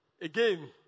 again